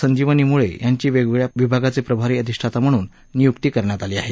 संजिवनी मुळे यांची वेगवेगळ्या विभागाचे प्रभारी अधिष्ठाता म्हणून नियुक्ती करण्यात आली आहे